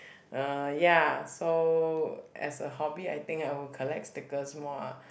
uh ya so as a hobby I think I will collect stickers more ah